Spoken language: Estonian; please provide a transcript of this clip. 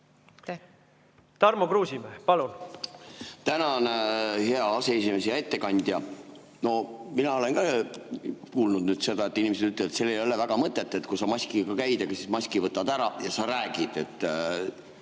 Tarmo Kruusimäe, palun! Tänan, hea aseesimees! Hea ettekandja! Mina olen ka kuulnud seda, et inimesed ütlevad, et sel ei ole väga mõtet, kui sa maskiga käid ja siis maski võtad ära ja sa räägid –